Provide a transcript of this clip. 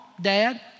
dad